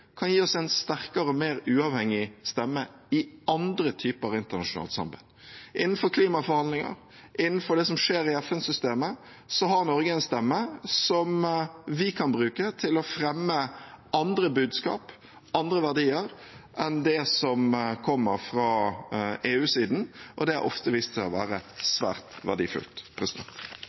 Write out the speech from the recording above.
kan gi oss en sterkere uavhengig stemme i andre typer internasjonalt samarbeid. Innenfor klimaforhandlinger og innenfor det som skjer i FN-systemet, har Norge en stemme som vi kan bruke til å fremme andre budskap og andre verdier enn det som kommer fra EU-siden, og det har ofte vist seg å være svært verdifullt.